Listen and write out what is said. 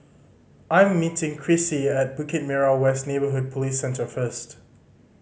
I am meeting Crissie at Bukit Merah West Neighbourhood Police Centre first